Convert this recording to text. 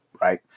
right